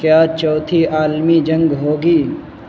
کیا چوتھی عالمی جنگ ہوگی